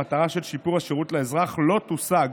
המטרה של שיפור השירות לאזרח לא תושג